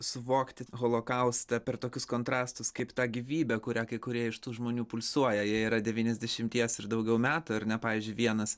suvokti holokaustą per tokius kontrastus kaip tą gyvybę kurią kai kurie iš tų žmonių pulsuoja jie yra devyniasdešimties ir daugiau metų ar ne pavyzdžiui vienas